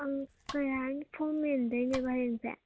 ꯑꯪ ꯀꯔꯤ ꯍꯥꯏꯅꯤ ꯐꯣꯃ ꯃꯦꯟꯗꯣꯏꯅꯦꯕ ꯍꯌꯦꯡꯁꯦ